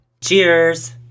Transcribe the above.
Cheers